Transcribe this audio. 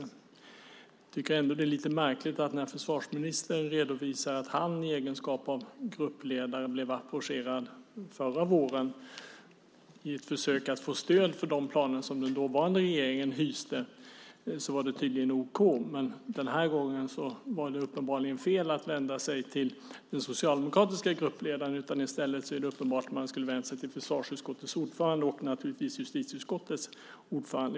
Jag tycker ändå att det är lite märkligt att när försvarsministern redovisar att han i egenskap av gruppledare blev approcherad förra våren i ett försök att få stöd för de planer som den dåvarande regeringen hyste så var det tydligen okej, men den här gången så var det uppenbarligen fel att vända sig till den socialdemokratiska gruppledaren. I stället är det uppenbart att man skulle ha vänt sig till försvarsutskottets ordförande och naturligtvis justitieutskottets ordförande.